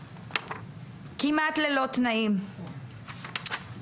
את עושה הרבה יותר מזה,